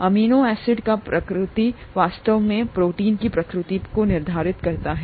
amino acid की प्रकृति वास्तव में प्रोटीन की प्रकृति को निर्धारित करती है